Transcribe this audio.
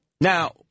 Now